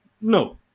no